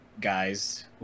guys